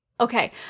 okay